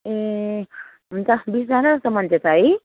ए हुन्छ बिसजना जस्तो मान्छे छ है